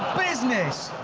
business!